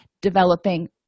developing